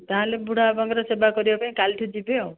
ତା'ହେଲେ ବୁଢ଼ାବାପାଙ୍କର ସେବା କରିବା ପାଇଁ କାଲି ଠାରୁ ଯିବି ଆଉ